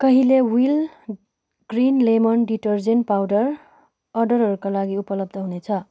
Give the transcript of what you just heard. कहिले wheel green lemon detergent powder अर्डरहरूका लागि उपलब्ध हुनेछ